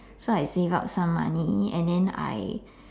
so I save up some money and then I